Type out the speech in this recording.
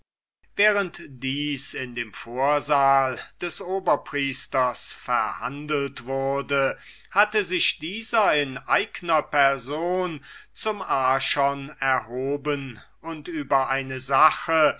während daß dies in dem vorsaal des oberpriesters verhandelt wurde hatte sich dieser in eigner person zum archon erhoben und über eine sache